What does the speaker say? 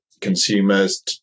consumers